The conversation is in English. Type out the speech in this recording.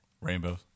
rainbows